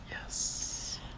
Yes